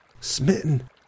Smitten